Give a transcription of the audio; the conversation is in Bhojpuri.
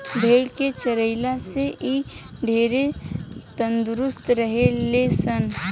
भेड़ के चरइला से इ ढेरे तंदुरुस्त रहे ले सन